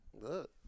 Look